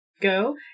go